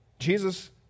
Jesus